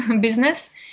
business